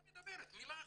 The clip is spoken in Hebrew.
לא מדברת מילה אחת.